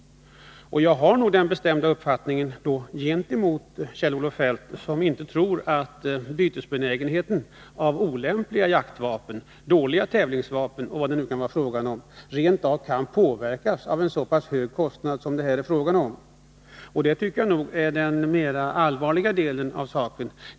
Men jag har en annan uppfattning än Kjell-Olof Feldt, som tror att benägenheten att byta olämpliga jaktvapen, dåliga tävlingsvapen eller vad det nu kan vara fråga om, inte påverkas av en så pass hög kostnad som det rör sig om. Jag tycker nog att detta är den mer allvarliga delen av saken.